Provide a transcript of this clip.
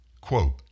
Quote